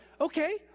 okay